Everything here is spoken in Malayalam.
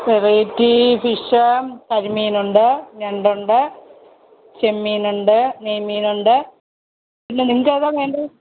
വെറൈറ്റി ഫിഷ് കരിമീൻ ഉണ്ട് പിന്നെ നിങ്ങൾക്ക് ഏതാ വേണ്ടത്